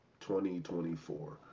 2024